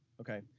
Okay